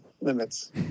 limits